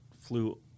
flew